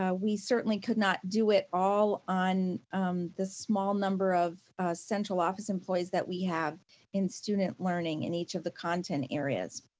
ah we certainly could not do it all on the small number of central office employees that we have in student learning in each of the content areas.